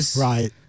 right